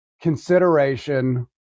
consideration